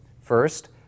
First